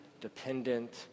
dependent